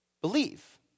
Believe